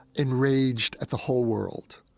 enraged at the whole world.